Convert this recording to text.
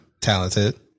talented